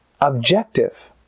objective